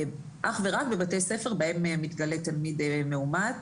זאת אך ורק בבתי ספר שבהם מתגלה תלמיד מאומת,